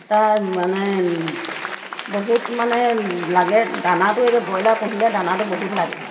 তাৰ মানে বহুত মানে লাগে দানাটো এতিয়া ব্ৰইলাৰ পুহিলে দানাটো বহুত লাগে